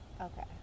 Okay